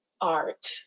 art